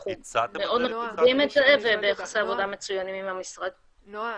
אנחנו מאוד מכבדים את זה -- נועה, נועה